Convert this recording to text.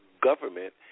government